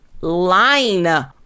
line